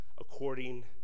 according